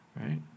right